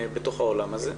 העולם הזה,